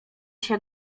się